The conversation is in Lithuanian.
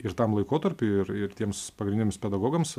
ir tam laikotarpiui ir ir tiems pagrindiniams pedagogams